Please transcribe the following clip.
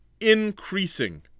increasing